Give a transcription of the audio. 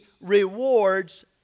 rewards